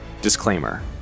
Disclaimer